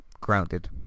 grounded